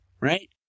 right